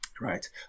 right